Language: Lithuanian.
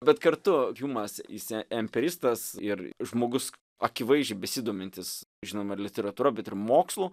bet kartu hjumas jis e empiristas ir žmogus akivaizdžiai besidomintis žinoma ir literatūra mokslu